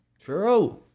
True